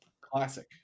Classic